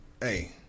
hey